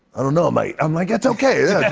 i don't know, mate. i'm like, that's okay.